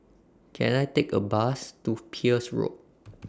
Can I Take A Bus to Peirce Road